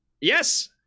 Yes